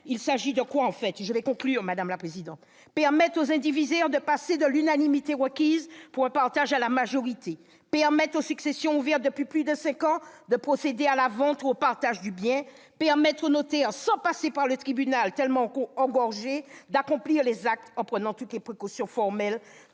simple : de quoi s'agit-il en fait ? Permettre aux indivisaires de passer de l'unanimité requise pour un partage à la majorité ; permettre aux successions ouvertes depuis plus de cinq ans de procéder à la vente ou au partage du bien ; permettre aux notaires, sans passer par les tribunaux, tellement engorgés, d'accomplir les actes en prenant toutes les précautions formelles